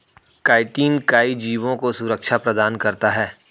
chitin कई जीवों को सुरक्षा प्रदान करता है